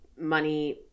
money